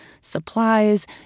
supplies